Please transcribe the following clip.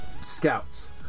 scouts